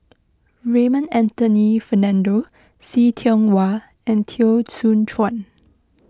Raymond Anthony Fernando See Tiong Wah and Teo Soon Chuan